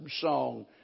song